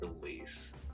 release